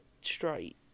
straight